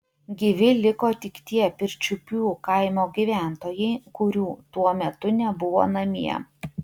gyvi liko tik tie pirčiupių kaimo gyventojai kurių tuo metu nebuvo namie